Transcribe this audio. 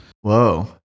Whoa